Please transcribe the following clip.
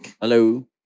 Hello